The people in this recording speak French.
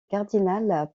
cardinal